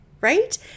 right